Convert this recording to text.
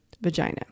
vagina